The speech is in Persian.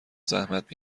زحمت